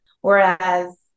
Whereas